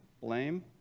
Blame